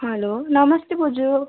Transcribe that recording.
hello नमस्ते बोजू